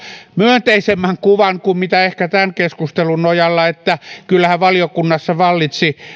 myönteisemmän kuvan kuin ehkä tämän keskustelun nojalla että kyllähän valiokunnassa vallitsi